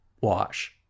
Wash